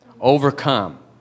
Overcome